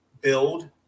build